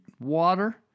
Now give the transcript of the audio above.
water